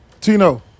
Tino